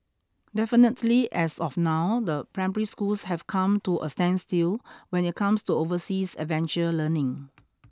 definitely as of now the primary schools have come to a standstill when it comes to overseas adventure learning